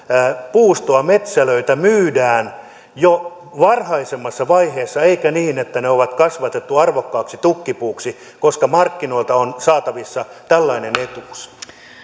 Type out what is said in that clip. puustoa metsälöitä myydään jo varhaisemmassa vaiheessa eikä niin että ne on kasvatettu arvokkaaksi tukkipuuksi koska markkinoilta on saatavissa tällainen etuus